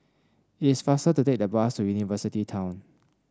it is faster to take the bus to University Town